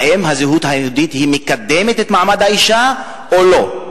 האם הזהות היהודית מקדמת את מעמד האשה או לא?